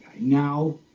Now